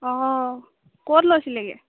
অ ক'ত লৈছিলেগৈ